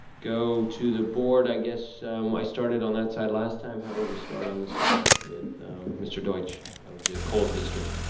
go to the board, i guess i started on that side last time, how about we start on this side with mr. deutsch of the coles district.